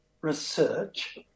research